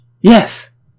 Yes